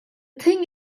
thing